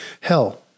Hell